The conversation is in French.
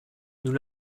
nous